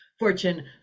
Fortune